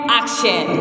action